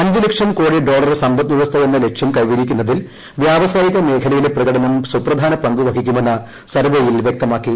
അഞ്ച് ലക്ഷം കോടി ഡോളർ സമ്പദ്വ്യവസ്ഥ എന്ന ലക്ഷ്യം കൈവരിക്കുന്നതിൽ വ്യാവസായിക മേഖലയിലെ പ്രകടനം പ്രധാന പങ്കുവഹിക്കുമെന്ന് സർവേയിൽ വൃക്തമാക്കി